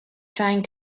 trying